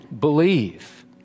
believe